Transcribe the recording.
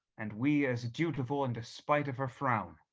and we as dutiful in despite of her frown.